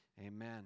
Amen